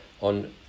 on